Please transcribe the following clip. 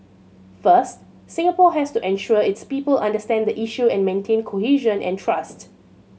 first Singapore has to ensure its people understand the issue and maintain cohesion and trust